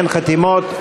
אין חתימות.